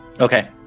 Okay